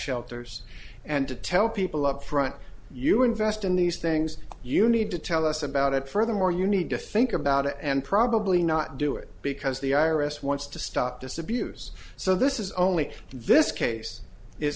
shelters and to tell people up front you invest in these things you need to tell us about it furthermore you need to fink about it and probably not do it because the i r s wants to stop this abuse so this is only this case is